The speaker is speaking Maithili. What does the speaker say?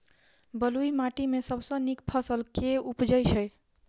बलुई माटि मे सबसँ नीक फसल केँ उबजई छै?